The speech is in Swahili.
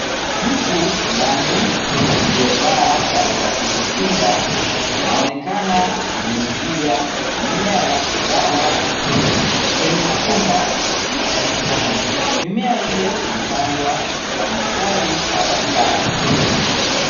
Mtu fulani aliyevaa sare za kujikinga, anaonekana akinyunyizia mimea yake dawa kwenye chumba cha kijani. Mimea ile imepandwa kwa mstari sawa sawa.